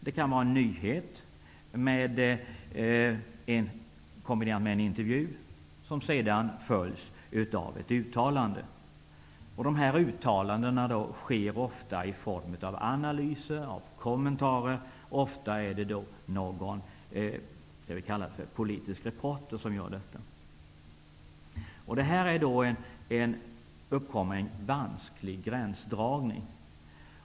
Det kan vara en nyhet kombinerad med en intervju, som sedan följs av ett uttalande. Detta uttalande görs ofta i form av analyser, kommentarer, ofta är det en politisk reporter som gör detta. Här uppkommer en vansklig gränsdragning.